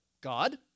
God